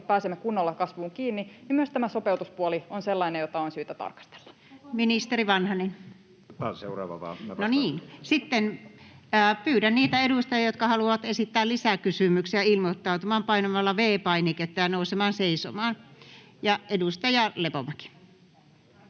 pääsemme kunnolla kasvuun kiinni, niin myös tämä sopeutuspuoli on sellainen, jota on syytä tarkastella. Ministeri Vanhanen. [Matti Vanhanen: Otetaan seuraava vaan.] — No niin. Sitten pyydän niitä edustajia, jotka haluavat esittää lisäkysymyksiä, ilmoittautumaan painamalla V-painiketta ja nousemalla seisomaan. — Ja edustaja Lepomäki.